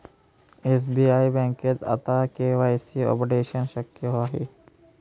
SBI बँकेत आता KYC updation शक्य आहे